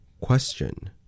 Question